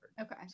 okay